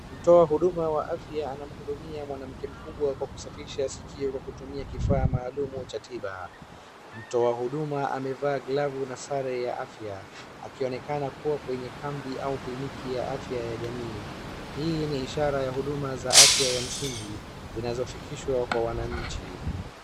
Mtoa huduma wa afya anamhudumia mwanamke mkubwa kwa kusafisha sikio kwa kutumia kifaa maalum cha tiba. Mtoa huduma amevaa glavu na sare ya afya akionekana kuwa kwenye kambi au kliniki ya afya ya jamii. Hii ni ishara ya huduma za afya ya msingi zinazofikishwa kwa wananchi.